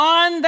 on